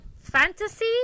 fantasy